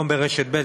היום ברשת ב',